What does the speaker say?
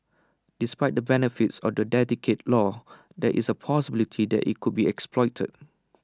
despite the benefits of A dedicated law there is A possibility that IT could be exploited